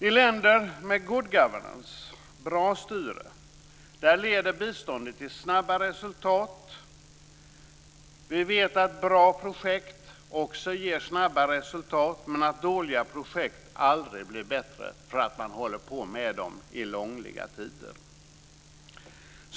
I länder med good governance, bra styre, leder biståndet till snabba resultat. Vi vet att bra projekt också ger snabba resultat men att dåliga projekt aldrig blir bättre för att man håller på med dem i långliga tider.